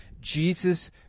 Jesus